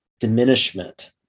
diminishment